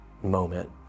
moment